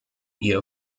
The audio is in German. ihr